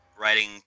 writing